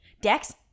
dex